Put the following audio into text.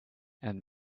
and